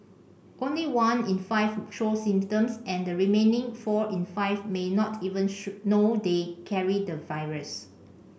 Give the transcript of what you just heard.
only one in five show symptoms and the remaining four in five may not even show know they carry the virus